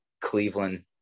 Cleveland